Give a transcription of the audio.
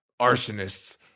arsonists